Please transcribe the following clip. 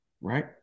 right